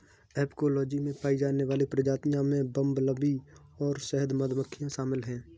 apicology में पाई जाने वाली प्रजातियों में बंबलबी और शहद मधुमक्खियां शामिल हैं